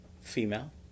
Female